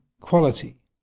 quality